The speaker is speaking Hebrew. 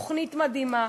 זו תוכנית מדהימה,